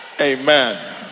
Amen